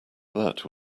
that